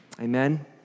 Amen